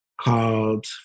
called